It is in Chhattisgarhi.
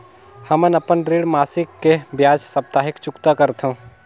हमन अपन ऋण मासिक के बजाय साप्ताहिक चुकता करथों